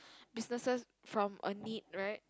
businesses from a need right